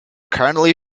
currently